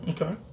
Okay